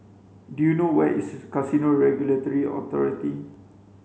do you know where is Casino Regulatory Authority